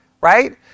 right